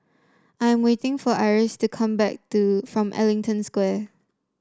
I'm waiting for Iris to come back to from Ellington Square